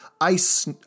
ice